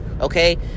Okay